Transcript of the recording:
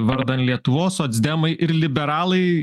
vardan lietuvos socdemai ir liberalai